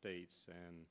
states and